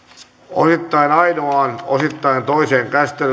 osittain ainoaan osittain toiseen käsittelyyn esitellään päiväjärjestyksen